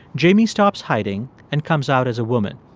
jamie stops hiding and comes out as a woman,